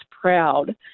proud